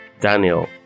Daniel